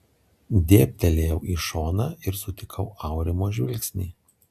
dėbtelėjau į šoną ir sutikau aurimo žvilgsnį